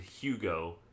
Hugo